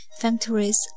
factories